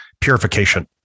purification